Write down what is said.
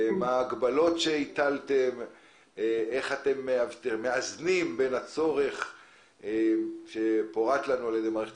מה ההגבלות שהטלתם ואיך אתם מאזנים בין הצורך שפורט על ידי מערכת